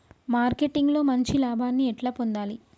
Marketing లో మంచి లాభాల్ని ఎట్లా పొందాలి?